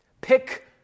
Pick